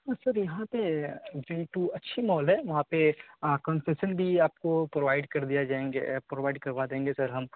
اور سر یہاں پہ وی ٹو اچھی مال ہے وہاں پہ کنسیشن بھی آپ کو پرووائڈ کر دیا جائیں گے پروائڈ کروا دیں گے سر ہم